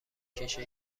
کشه